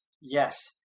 Yes